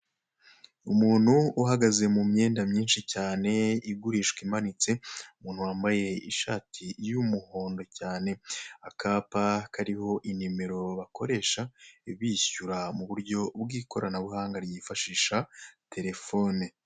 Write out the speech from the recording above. Umuntu uhagaze mu myenda myinshi cyane, igurishwa imanitse umuntu wambaye ishati irimo umuhondo cyane akapa kariho nimero bakoresha bishyura mu buryo bw'ikoranabuhanga ryifashisha telefone.